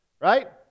right